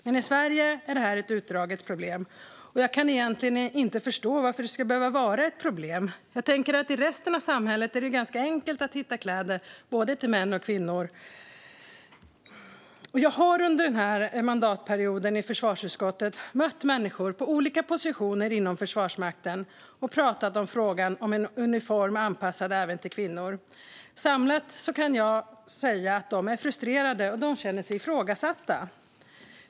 Men i Sverige är detta ett utdraget problem, och jag kan egentligen inte förstå varför det ska behöva vara ett problem. I resten av samhället är det ju ganska enkelt att hitta kläder till både män och kvinnor. Jag har under mandatperioden i försvarsutskottet mött människor på olika positioner inom Försvarsmakten och pratat om frågan om en uniform anpassad även till kvinnor. Samlat kan jag säga att de är frustrerade och känner sig ifrågasatta.